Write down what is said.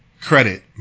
credit